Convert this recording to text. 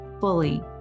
fully